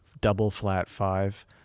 double-flat-five